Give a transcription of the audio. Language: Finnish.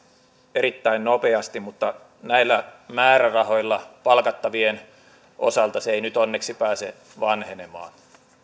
erittäin nopeasti mutta näillä määrärahoilla palkattavien osalta se ei nyt onneksi pääse vanhenemaan